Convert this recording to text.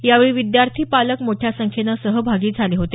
यावेळी विद्यार्थी पालक मोठ्या संख्येनं सहभागी झाले होते